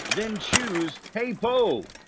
then choose hey po.